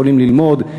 יכולים ללמוד,